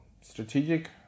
strategic